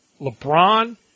LeBron